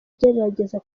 agerageza